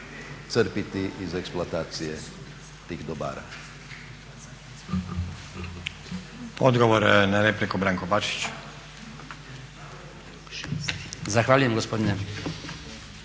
crpiti iz eksploatacije tih dobara.